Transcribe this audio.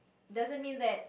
doesn't mean that